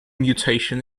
mutation